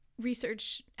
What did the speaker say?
research